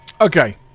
Okay